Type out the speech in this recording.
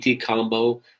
combo